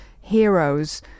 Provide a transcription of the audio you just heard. Heroes